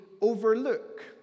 overlook